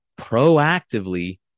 proactively